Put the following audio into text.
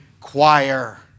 choir